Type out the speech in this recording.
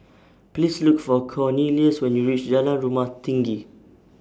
Please Look For Cornelious when YOU REACH Jalan Rumah Tinggi